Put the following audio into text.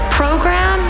program